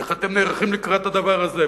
איך אתם נערכים לקראת הדבר הזה?